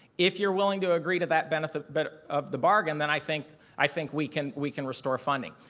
if you're willing to agree to that benefit but of the bargain, then i think i think we can we can restore funding.